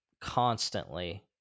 constantly